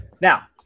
Now